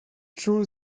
true